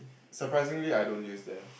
surprisingly I don't use them